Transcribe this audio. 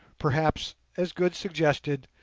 perhaps, as good suggested,